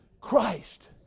Christ